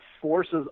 forces